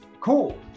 Cool